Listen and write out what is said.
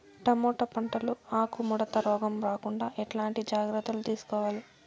Tomato పంట లో ఆకు ముడత రోగం రాకుండా ఎట్లాంటి జాగ్రత్తలు తీసుకోవాలి?